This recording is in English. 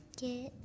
get